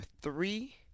three